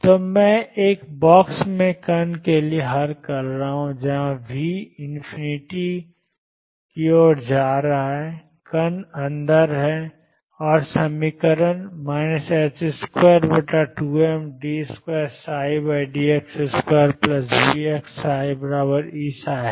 तो मैं एक बॉक्स में कण के लिए हल कर रहा हूं V→∞ बाहर कण अंदर है और समीकरण 22md2dx2VψEψ है